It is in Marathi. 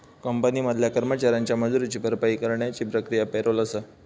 कंपनी मधल्या कर्मचाऱ्यांच्या मजुरीची भरपाई करण्याची प्रक्रिया पॅरोल आसा